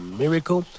miracle